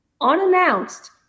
unannounced